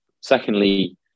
Secondly